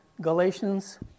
Galatians